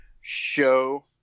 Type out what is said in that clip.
show